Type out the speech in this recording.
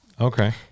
Okay